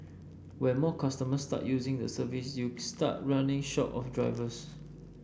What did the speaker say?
when more customers start using the service you start running short of drivers